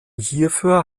hierfür